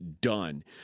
done